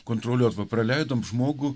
kontrolė arba praleidom žmogų